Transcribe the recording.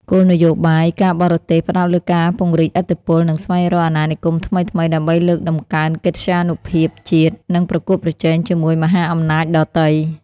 គោលនយោបាយការបរទេសផ្តោតលើការពង្រីកឥទ្ធិពល និងស្វែងរកអាណានិគមថ្មីៗ ដើម្បីលើកតម្កើងកិត្យានុភាពជាតិ និងប្រកួតប្រជែងជាមួយមហាអំណាចដទៃ។